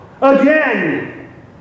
again